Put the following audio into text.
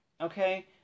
okay